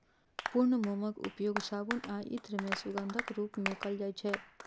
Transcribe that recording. पूर्ण मोमक उपयोग साबुन आ इत्र मे सुगंधक रूप मे कैल जाइ छै